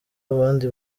abandi